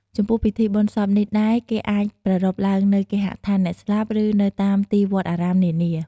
ចំពោះពិធីបុណ្យសពនេះដែរគេអាចប្រារព្ធឡើងនៅ គេហដ្ឋានអ្នកស្លាប់ ឬនៅតាមទីវត្តអារាមនានា។